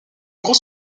gros